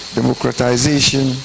democratization